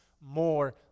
more